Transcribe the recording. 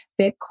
bitcoin